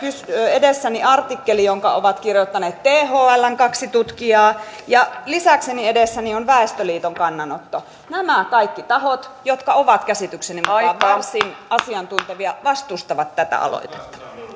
edessäni artikkeli jonka ovat kirjoittaneet thln kaksi tutkijaa ja lisäkseni edessäni on väestöliiton kannanotto nämä kaikki tahot jotka ovat käsitykseni mukaan varsin asiantuntevia vastustavat tätä aloitetta